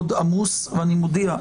מאוד עמוס ואני מודיע,